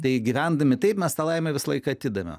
tai gyvendami taip mes tą laimę visą laiką atidame